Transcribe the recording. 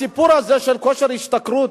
הסיפור הזה של כושר השתכרות,